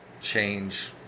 change